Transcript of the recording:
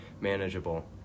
manageable